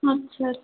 अच्छा